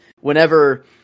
whenever